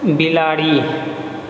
बिलाड़ि